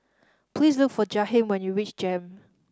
please look for Jaheem when you reach JEM